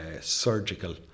surgical